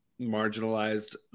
marginalized